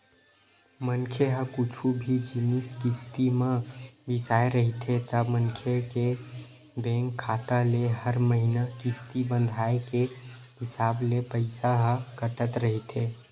मनखे ह कुछु भी जिनिस किस्ती म बिसाय रहिथे ता मनखे के बेंक के खाता ले हर महिना किस्ती बंधाय के हिसाब ले पइसा ह कटत रहिथे